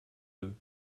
deux